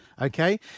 Okay